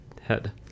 head